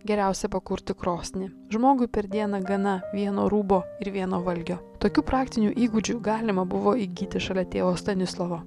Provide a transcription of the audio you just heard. geriausia pakurti krosnį žmogui per dieną gana vieno rūbo ir vieno valgio tokių praktinių įgūdžių galima buvo įgyti šalia tėvo stanislovo